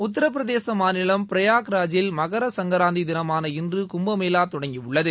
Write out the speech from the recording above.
உத்தரபிரதேச மாநிலம் பிரயாக்ராஜில் மகரசங்கராந்தி திளமான இன்று கும்பமேளா தொடங்கியுள்ளது